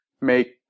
make